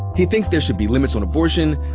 he thinks there should be limits on abortion,